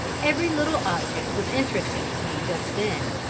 every little object was interesting to me just then,